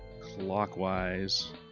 clockwise